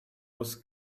was